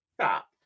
stop